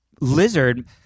lizard